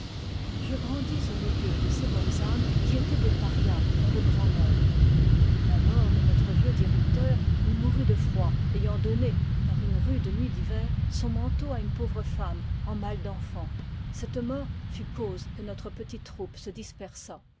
je grandis au milieu de ces bonnes âmes qui étaient des parias pour le grand nombre la mort de notre vieux directeur il mourut de froid ayant donné par une rude nuit d'hiver son manteau à une pauvre femme en mal d'enfant cette mort fut cause que notre petite troupe se dispersa